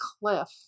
cliff